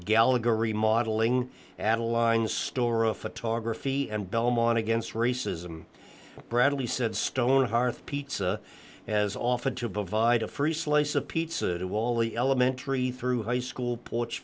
gallagher remodelling adeline's store a photography and belmont against racism bradley said stonehearth pizza has offered to provide a free slice of pizza to wally elementary through high school porch